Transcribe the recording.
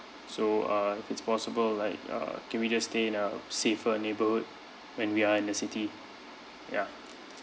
so uh it's possible like uh can we just stay in a safer neighbourhood when we are in the city ya